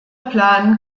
plan